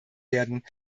werden